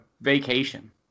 vacation